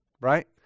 right